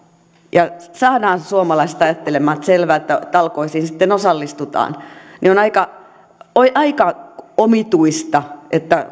ja saadaan suomalaiset ajattelemaan että selvä talkoisiin sitten osallistutaan niin mikä on aika omituista